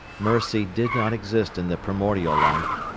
mercy did not exist in the primordial life.